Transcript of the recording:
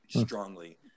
strongly